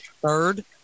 third